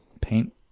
paint